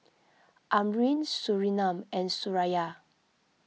Amrin Surinam and Suraya